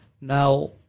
Now